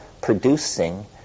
producing